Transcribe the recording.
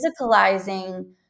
physicalizing